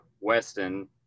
Weston